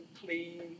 clean